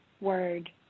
word